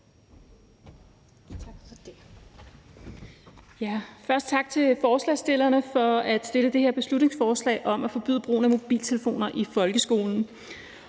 Tak for ordet.